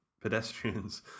pedestrians